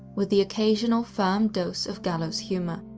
with the occasional firm dose of gallows humor.